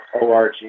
org